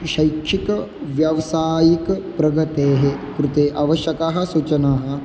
शैक्षिकी व्यावसायिकी प्रगतेः कृते अवश्यकाः सूचनाः